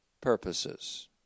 purposes